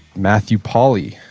matthew polly,